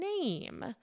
name